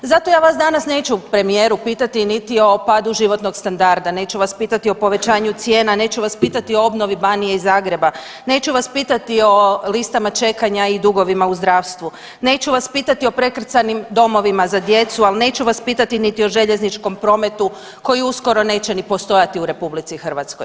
Zato vas danas neću premijeru pitati niti o padu životnog standarda, neću vas pitati o povećanju cijena, neću vas pitati o obnovi Banije i Zagreba, neću vas pitati o listama čekanja i dugovima u zdravstvu, neću vas pitati o prekrcanim domovima za djecu, ali neću vas pitati niti o željezničkom prometu koji uskoro neće ni postojati u RH.